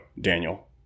Daniel